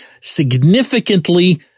significantly